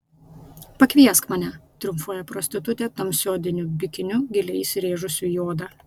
pakviesk mane triumfuoja prostitutė tamsiu odiniu bikiniu giliai įsirėžusiu į odą